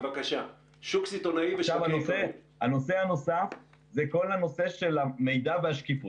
הנושא הנוסף הוא כל הנושא של המידע והשקיפות.